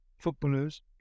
footballers